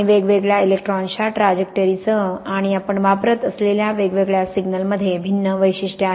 आणि वेगवेगळ्या इलेक्ट्रॉन्सच्या ट्रॅजेक्टोरीजसह आणि आपण वापरत असलेल्या वेगवेगळ्या सिग्नलमध्ये भिन्न वैशिष्ट्ये आहेत